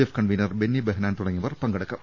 F convener Benny Behanan തുടങ്ങിയവർ പങ്കെടുക്കും